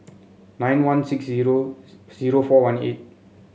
nine one six zero zero four one eight